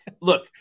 look